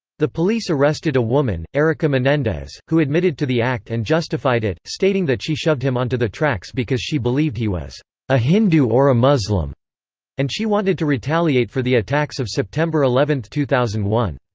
the police arrested a woman, erika menendez, who admitted to the act and justified it, stating that she shoved him onto the tracks because she believed he was a hindu or a muslim and she wanted to retaliate for the attacks of september eleven, two thousand and one.